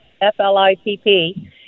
F-L-I-P-P